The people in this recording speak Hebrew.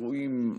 אירועים,